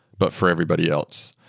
but for everybody else.